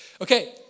Okay